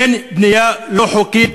אין בנייה לא חוקית,